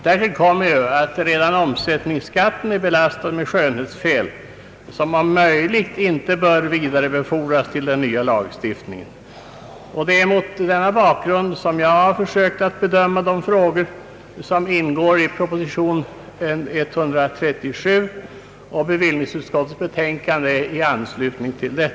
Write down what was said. Därtill kommer att redan omsättningsskatten är belastad med skönhetsfel, som om möjligt inte bör vidarebefordras till den nya lagstiftningen. Det är mot denna bakgrund jag har försökt bedöma de frågor, som ingår i proposition 137 och bevillningsutskottets betänkande i anledning av den.